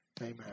amen